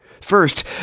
First